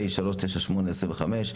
פ/398/25,